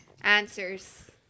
answers